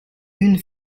une